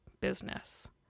Business